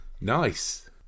Nice